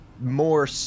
more